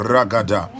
Ragada